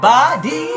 body